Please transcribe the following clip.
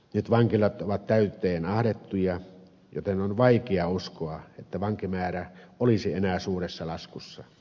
nyt vankilat ovat täyteen ahdettuja joten on vaikea uskoa että vankimäärä olisi enää suuressa laskussa